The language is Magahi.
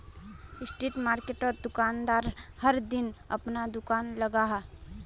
स्ट्रीट मार्किटोत दुकानदार हर दिन अपना दूकान लगाहा